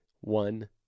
one